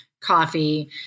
coffee